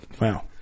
Wow